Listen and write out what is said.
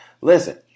Listen